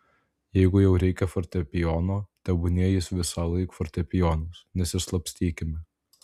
jeigu jau reikia fortepijono tebūnie jis visąlaik fortepijonas nesislapstykime